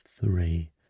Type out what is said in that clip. three